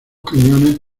cañones